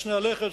הצנע לכת,